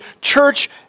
church